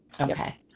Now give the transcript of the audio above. okay